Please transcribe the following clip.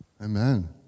Amen